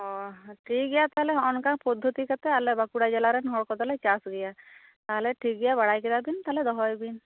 ᱚ ᱴᱷᱤᱠ ᱜᱮᱭᱟ ᱛᱟᱦᱚᱞᱮ ᱱᱚᱜ ᱱᱚᱝᱠᱟ ᱯᱚᱫᱫᱷᱚᱛᱤ ᱠᱟᱛᱮ ᱟᱞᱮ ᱵᱟᱠᱩᱲᱟ ᱡᱮᱞᱟ ᱨᱮᱱ ᱦᱚᱲ ᱠᱚᱫᱚ ᱞᱮ ᱪᱟᱥ ᱜᱮᱭᱟ ᱛᱟᱦᱚᱞᱮ ᱴᱷᱤᱠ ᱜᱮᱭᱟ ᱵᱟᱲᱟᱭ ᱠᱮᱫᱟ ᱵᱤᱱ ᱛᱟᱦᱚᱞᱮ ᱫᱚᱦᱚᱭ ᱵᱤᱱ